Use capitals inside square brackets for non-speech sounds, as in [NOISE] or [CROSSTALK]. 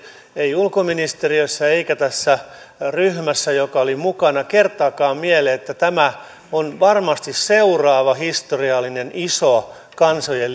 ei ulkoministeriössä eikä tässä ryhmässä joka oli mukana kertaakaan mieleen että tämä on varmasti seuraava historiallinen iso kansojen [UNINTELLIGIBLE]